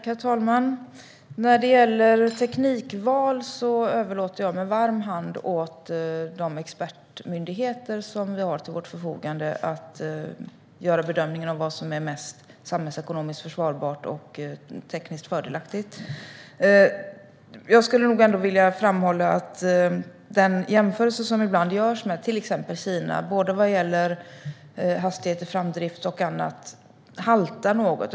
Herr talman! När det gäller teknikval överlåter jag med varm hand åt de expertmyndigheter som vi har till vårt förfogande att göra bedömningen om vad som är mest samhällsekonomiskt försvarbart och tekniskt fördelaktigt. Jag skulle nog ändå vilja framhålla att den jämförelse som ibland görs med till exempel Kina vad gäller hastigheter, framdrift och annat haltar något.